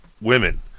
women